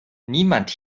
niemand